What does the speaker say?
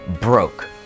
broke